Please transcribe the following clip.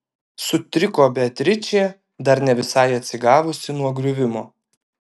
sutriko beatričė dar ne visai atsigavusi nuo griuvimo